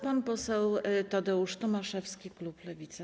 Pan poseł Tadeusz Tomaszewski, klub Lewica.